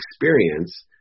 experience